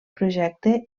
projecte